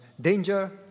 danger